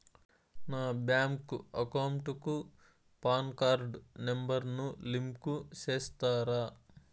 నా bank account కు PAN card number ను లింకు సేస్తారా?